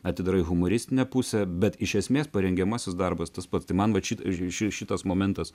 atidarai humoristinę pusę bet iš esmės parengiamasis darbas tas pats tai man vat šit ši šitas momentas